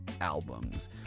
albums